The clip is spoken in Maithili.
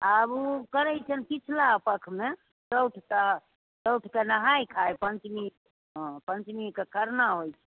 आब ओ करैत छिअनि पिछला पखमे चौठ तऽ चौठके नहाए खाए पञ्चमी हाँ पञ्चमी कऽ खरना होइ छै